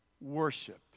worship